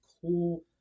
cool –